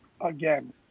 again